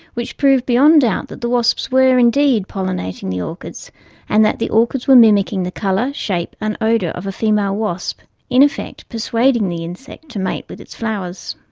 which proved beyond doubt that the wasps were, indeed, pollinating the orchids and that the orchids were mimicking the colour, shape and odour of a female wasp, in effect, persuading the insect to mate with its flowers.